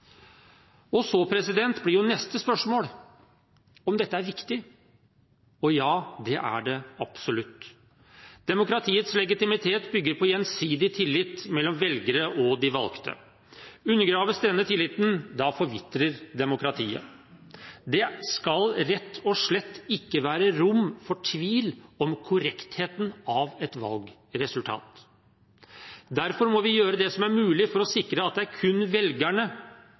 Neste spørsmål blir om dette er viktig. Ja, det er det absolutt. Demokratiets legitimitet bygger på gjensidig tillit mellom velgere og de valgte. Undergraves denne tilliten, forvitrer demokratiet. Det skal rett og slett ikke være rom for tvil om korrektheten av et valgresultat. Derfor må vi gjøre det som er mulig for å sikre at det kun er velgerne